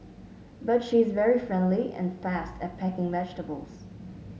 but she is very friendly and fast at packing vegetables